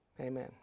amen